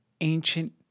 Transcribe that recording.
ancient